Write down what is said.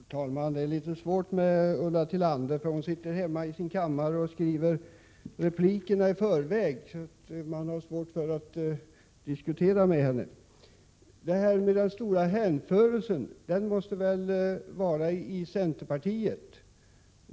Herr talman! Det är litet svårt att diskutera med Ulla Tillander, för hon sitter hemma i sin kammare och skriver replikerna i förväg. Den stora hänförelsen måste väl vara att finna i centerpartiet.